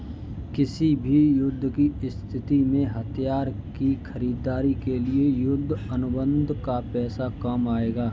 किसी भी युद्ध की स्थिति में हथियार की खरीदारी के लिए युद्ध अनुबंध का पैसा काम आएगा